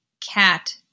cat